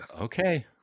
Okay